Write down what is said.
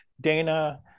dana